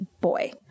boy